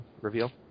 reveal